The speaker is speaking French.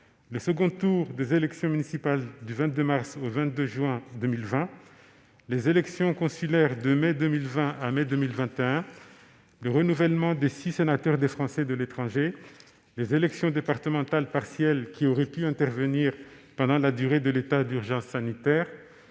le second tour des élections municipales du 22 mars au 22 juin 2020, les élections consulaires de mai 2020 à mai 2021, le renouvellement des six sénateurs des Français de l'étranger et les élections départementales partielles qui auraient pu intervenir pendant la période d'état d'urgence sanitaire.